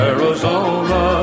Arizona